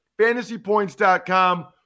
Fantasypoints.com